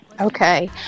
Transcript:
Okay